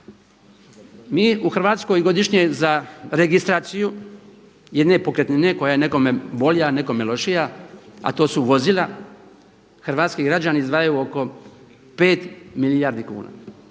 Mi u Hrvatskoj godišnje za registraciju jedne pokretnine koja je nekome bolja a nekome lošija a to su vozila, hrvatski građani izdvajaju oko 5 milijardi kuna